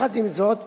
עם זאת,